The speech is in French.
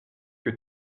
que